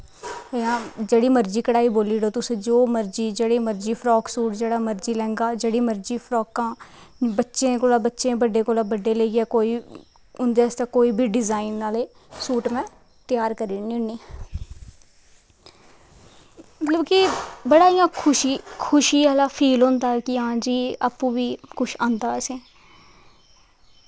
इ'यां जेह्ड़ी मर्जी कड़ाही बोल्ली ओड़ो तुस जो मर्जी जेह्ड़ा मर्जी फराक सूट जेह्ड़ा मर्जी लैंह्गा जेह्ड़ी मर्जी फराकां बच्चें कोला दा बच्चे बच्चें कोला दा बड्डे लेइयै कोई इं'दे आस्तै कोई बी डिज़ाइन आह्ले सूट में त्यार करी ओड़नी होन्नी में मतलब कि बड़ा इ'यां खुशी आह्ला फील होंदा कि हां जी आपूं बी कुछ आंदा ऐ असेंगी